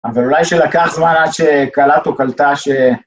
אבל אולי שלקח זמן עד שקלט או קלטה ש...